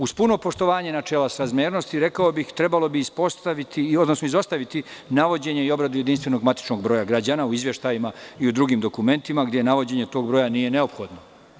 Uz puno poštovanje načela srazmernosti, rekao bih da bi trebalo izostaviti navođenje i obradu jedinstvenog matičnog broja građana u izveštajima i u drugim dokumentima gde navođenje tog broja nije neophodno.